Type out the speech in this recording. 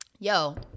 Yo